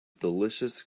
delicious